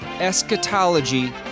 Eschatology